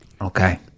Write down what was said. Okay